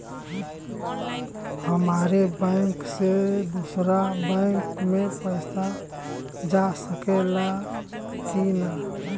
हमारे बैंक से दूसरा बैंक में पैसा जा सकेला की ना?